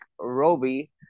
Roby